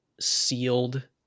sealed